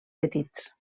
petits